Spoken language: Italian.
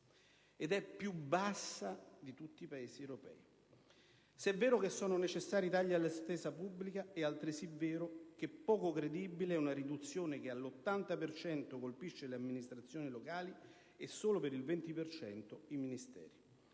ed è più basso di tutti i Paesi europei. Se è vero che sono necessari tagli alla spesa pubblica, è altresì vero che poco credibile è una riduzione che all'80 per cento colpisce le amministrazioni locali e solo per il 20 per